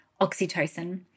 oxytocin